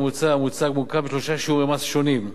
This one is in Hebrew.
הממוצע המוצג מורכב משלושה שיעורי מס שונים: